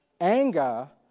anger